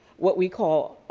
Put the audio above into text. what we call,